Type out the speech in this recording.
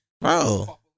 bro